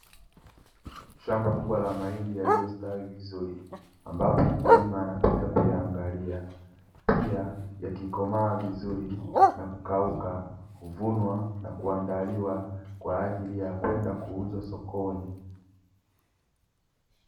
Shamba kubwa la mahindi yaliyostawi vizuri ambapo mkulima anapita kuyaangalia pia yakikomaa vizuri na kukauka, huvunwa na kuandaliwa kwa ajili ya kwenda kuuzwa sokoni.